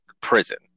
prison